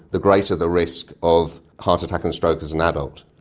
the greater the risk of heart attack and stroke as an adult.